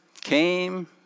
came